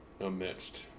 amidst